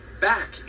back